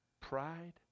pride